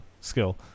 skill